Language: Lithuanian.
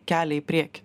kelią į priekį